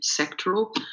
sectoral